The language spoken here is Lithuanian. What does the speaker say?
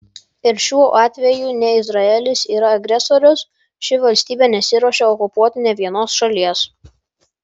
ir šiuo atveju ne izraelis yra agresorius ši valstybė nesiruošia okupuoti nė vienos šalies